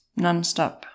nonstop